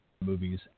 movies